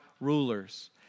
rulers